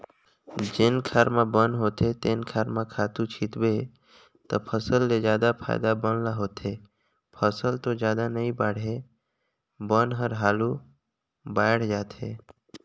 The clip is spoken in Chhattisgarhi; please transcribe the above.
जेन खार म बन होथे तेन खार म खातू छितबे त फसल ले जादा फायदा बन ल होथे, फसल तो जादा नइ बाड़हे बन हर हालु बायड़ जाथे